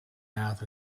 math